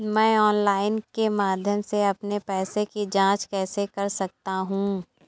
मैं ऑनलाइन के माध्यम से अपने पैसे की जाँच कैसे कर सकता हूँ?